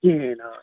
کِہیٖنۍ آ